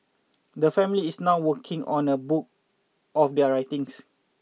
the family is now working on a book of their writings